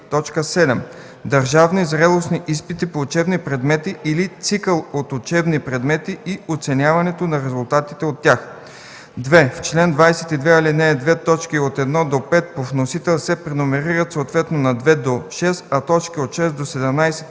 т.7. държавни зрелостни изпити по учебни предмети или цикъл от учебни предмети и оценяването на резултатите от тях. 2. В чл. 22, ал. 2 точки от 1 до 5 по вносител се преномерират съответно на 2 до 6, а точки от 6 до 17